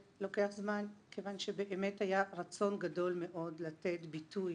כיוון שבאמת היה רצון גדול מאוד לתת ביטוי